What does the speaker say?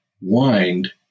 wind